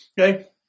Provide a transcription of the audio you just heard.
Okay